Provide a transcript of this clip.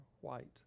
white